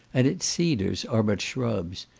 and its cedars are but shrubs,